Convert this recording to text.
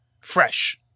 fresh